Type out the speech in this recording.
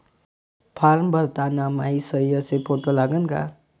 Form भरताना मायी सयी अस फोटो लागन का?